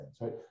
right